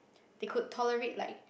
they could tolerate like